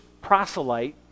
proselyte